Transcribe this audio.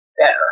better